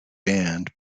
band